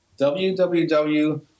www